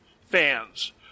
fans